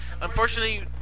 unfortunately